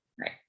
Right